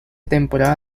temporada